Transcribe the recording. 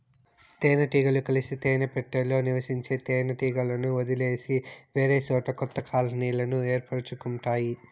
తేనె టీగలు కలిసి తేనె పెట్టలో నివసించే తేనె టీగలను వదిలేసి వేరేసోట కొత్త కాలనీలను ఏర్పరుచుకుంటాయి